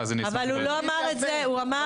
אבל הוא לא אמר את זה, הוא דיבר על אתמול.